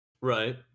Right